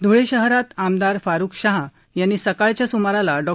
धुळे शहरात आमदार फारुक शाह यांनी सकाळच्या सुमाराला डॉ